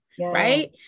right